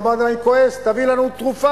מעמד הביניים כועס: תביא לנו תרופה.